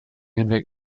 hinweg